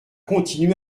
continuer